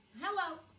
Hello